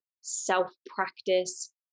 self-practice